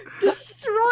destroy